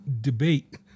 debate